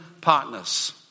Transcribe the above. partners